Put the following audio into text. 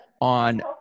on